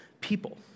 people